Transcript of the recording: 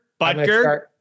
Butker